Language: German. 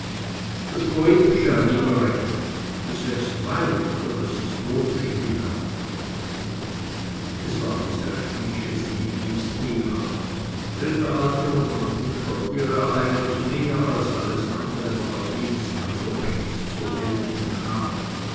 das poetische hat immer recht es wächst weit über das historische hinaus es war dies ein schmidtsches lieblingsthema drin der alte romantiker der er eigentlich mehr als alles andere war jedesmal so recht zur geltung kam